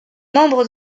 membres